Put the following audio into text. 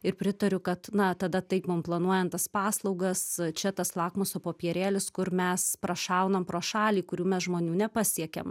ir pritariu kad na tada taip mum planuojant tas paslaugas čia tas lakmuso popierėlis kur mes prašaunam pro šalį kurių mes žmonių nepasiekiam